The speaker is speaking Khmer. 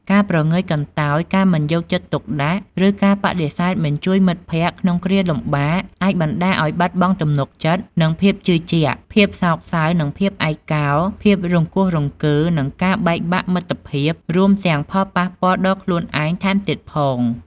ការព្រងើយកន្តើយ ការមិនយកចិត្តទុកដាក់ ឬការបដិសេធមិនជួយមិត្តភក្តិក្នុងគ្រាលំបាក អាចបណ្តាលឲ្យ បាត់បង់ទំនុកចិត្ត និងភាពជឿជាក់ ភាពសោកសៅ និងភាពឯកោ ភាពរង្គោះរង្គើ និងការបែកបាក់មិត្តភាព រួមទាំងផលប៉ះពាល់ដល់ខ្លួនឯងថែមទៀតផង។